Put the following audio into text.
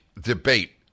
debate